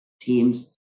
teams